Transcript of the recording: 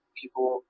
people